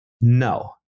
No